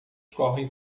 correm